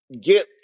get